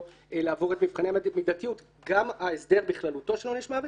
לעבור את מבחני המידתיות גם ההסדר בכללותו של עונש מוות,